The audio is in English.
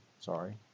sorry